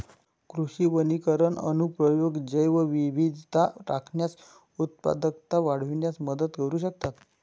कृषी वनीकरण अनुप्रयोग जैवविविधता राखण्यास, उत्पादकता वाढविण्यात मदत करू शकतात